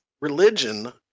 religion